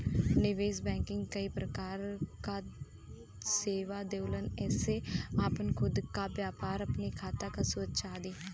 निवेश बैंकिंग कई प्रकार क सेवा देवलन जेसे आपन खुद क व्यापार, अपने खाता क सुरक्षा आदि